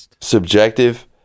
subjective